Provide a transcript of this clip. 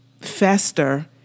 fester